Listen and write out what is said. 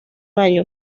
año